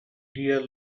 dear